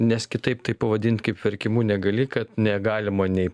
nes kitaip tai pavadint kaip verkimu negali kad negalima nei